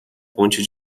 ponte